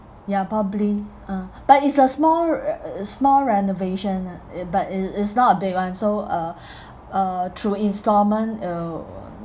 ya probably ah but it's a small r~ uh small renovation lah it but it it's not a big one so uh uh through installment uh